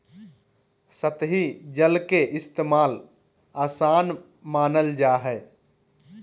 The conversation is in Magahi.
सतही जल के इस्तेमाल, आसान मानल जा हय